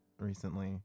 recently